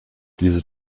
diese